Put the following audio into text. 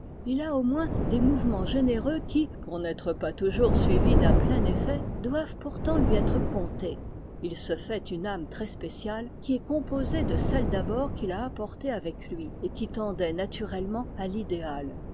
il a au moins des mouvements généreux qui pour n'être pas toujours suivis d'un plein effet doivent pourtant lui être comptés il se fait une âme très spéciale qui est composée de celle d'abord qu'il a apportée avec lui et qui tendait naturellement à l'idéal